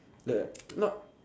the not